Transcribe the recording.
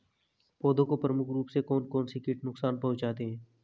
पौधों को प्रमुख रूप से कौन कौन से कीट नुकसान पहुंचाते हैं?